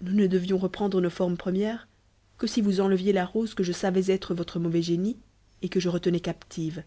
nous ne devions reprendre nos formes premières que si vous enleviez la rose que je savais être votre mauvais génie et que je retenais captive